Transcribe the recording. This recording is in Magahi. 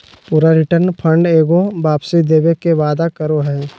पूरा रिटर्न फंड एगो वापसी देवे के वादा करो हइ